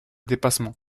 dépassement